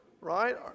right